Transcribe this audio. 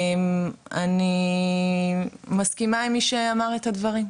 אני מסכימה עם מי שאמר את הדברים.